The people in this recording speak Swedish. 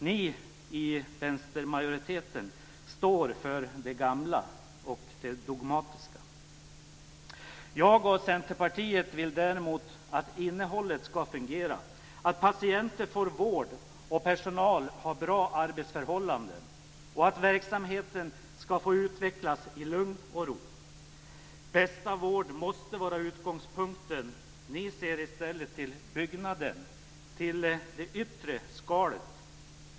Ni i vänstermajoriteten står för det gamla och det dogmatiska. Jag och Centerpartiet vill däremot att innehållet ska fungera, att patienter får vård och personal har bra arbetsförhållanden och att verkligheten ska få utvecklas i lugn och ro. Bästa vård måste vara utgångspunkten. Ni ser i stället till byggnaden, till det yttre skalet.